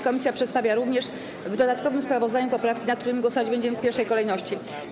Komisja przedstawia również w dodatkowym sprawozdaniu poprawki, nad którymi głosować będziemy w pierwszej kolejności.